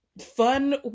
fun